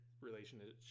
relationship